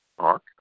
Mark